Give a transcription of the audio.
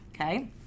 okay